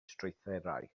strwythurau